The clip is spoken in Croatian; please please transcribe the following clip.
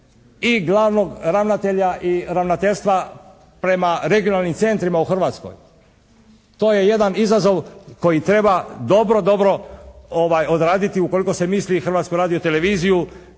i glavnog ravnatelja i ravnateljstva prema regionalnim centrima u Hrvatskoj. To je jedan izazov koji treba dobro odraditi ukoliko se misli Hrvatsku radio-televiziju